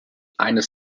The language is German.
eines